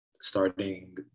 starting